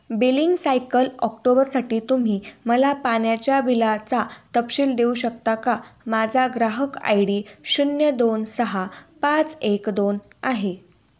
billing cycle ऑक्टोबरसाठी तुम्ही मला पाण्याच्या बिलाचा तपशील देऊ शकता का माझा ग्राहक आय डी शून्य दोन सहा पाच एक दोन आहे